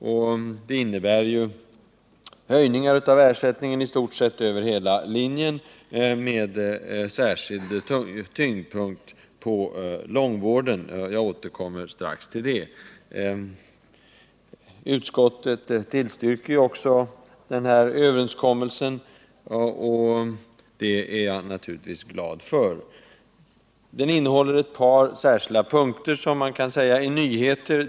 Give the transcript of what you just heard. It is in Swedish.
Förslaget innebär att ersättningarna höjs i stort sett över hela linjen med särskild tyngdpunkt på långvården — jag återkommer strax till den. Utskottet tillstyrker också den här överenskommelsen, och det är jag naturligtvis glad för. Den innehåller ett par särskilda punkter som man kan säga är nyheter.